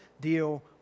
deal